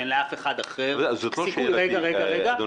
שאין לאף אחד אחר סיכוי -- אדוני,